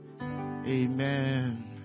Amen